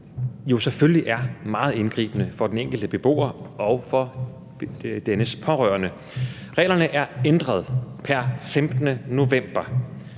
selvfølgelig er meget indgribende for den enkelte beboer og for dennes pårørende. Reglerne er ændret pr. 15. november.